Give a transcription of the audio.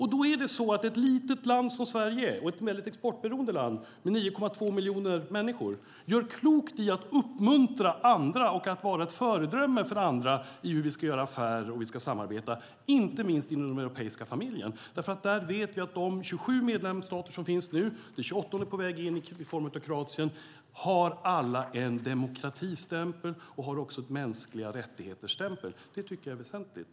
Ett litet, exportberoende land som Sverige, med 9,2 miljoner människor, gör klokt i att uppmuntra andra och vara ett föredöme för andra när det gäller hur vi ska göra affärer och hur vi ska samarbeta, inte minst inom den europeiska familjen. Vi vet att de 27 medlemsstaterna - ett 28:e är på väg in i form av Kroatien - har en demokratistämpel och en stämpel av mänskliga rättigheter. Det tycker jag är väsentligt.